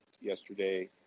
yesterday